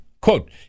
quote